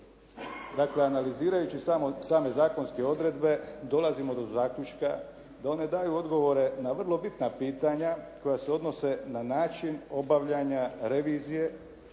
Dakle analizirajući same zakonske odredbe dolazimo do zaključka da one daju odgovore na vrlo bitna pitanja koja se odnose na način obavljanja revizije